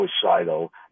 suicidal